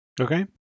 Okay